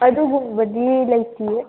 ꯑꯗꯨꯒꯨꯝꯕꯗꯤ ꯂꯩꯇꯤꯌꯦ